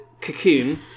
Cocoon